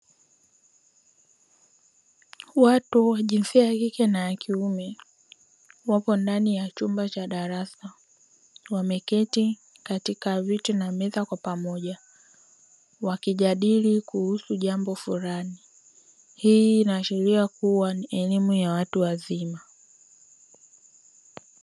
Watu wa jinsia ya kike na kiume, wapo ndani ya chumba cha darasa wameketi katika viti na meza kwa pamoja wakijadili kuhusu jambo fulani. Hii inaashiria kuwa ni elimu ya watu wazima.